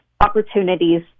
opportunities